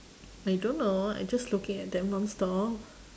I don't know I just looking at them nonstop